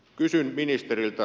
kysyn ministeriltä